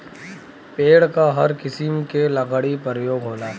पेड़ क हर किसिम के लकड़ी परयोग होला